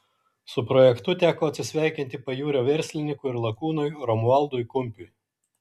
su projektu teko atsisveikinti pajūrio verslininkui ir lakūnui romualdui kumpiui